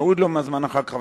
אוריד לו מהזמן אחר כך,